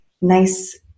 nice